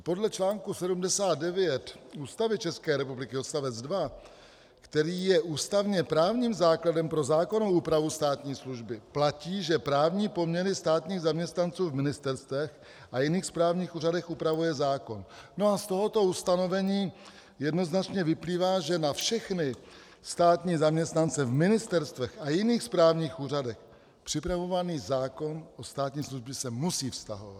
Podle článku 79 Ústavy České republiky odstavec 2, který je ústavněprávním základem pro zákonnou úpravu státní služby, platí, že právní poměry státních zaměstnanců v ministerstvech a jiných správních úřadech upravuje zákon, a z tohoto ustanovení jednoznačně vyplývá, že na všechny státní zaměstnance v ministerstvech a jiných státních úřadech připravovaný zákon o státní službě se musí vztahovat.